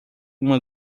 uma